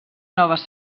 noves